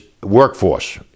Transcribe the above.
workforce